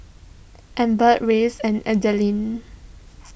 Amber Rance and Ethelene